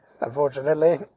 unfortunately